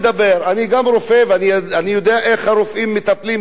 גם אני רופא, ואני יודע איך הרופאים מטפלים בכולם.